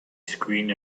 screen